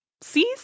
sees